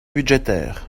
budgétaire